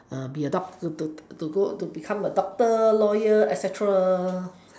be a doc~ to to become a doctor a lawyer et cetera